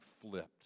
flipped